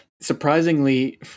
Surprisingly